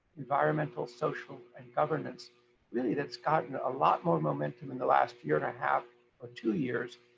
environmental, social and governance really that's gotten a lot more momentum in the last year and a half or two years,